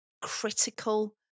critical